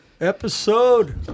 Episode